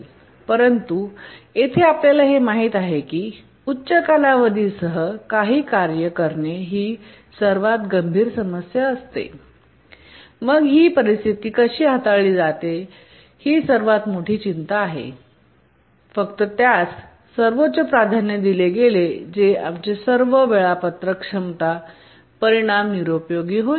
परंतु तेथे आपल्याला हे माहित आहे की उच्च कालावधीसह काही कार्य करणे ही सर्वात गंभीर समस्या असते आणि मग ही परिस्थिती कशी हाताळली जाते ही सर्वात मोठी चिंता आहे फक्त त्यास सर्वोच्च प्राधान्य दिले गेले जे आमचे सर्व वेळापत्रक क्षमता परिणाम निरुपयोगी होईल